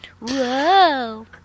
Whoa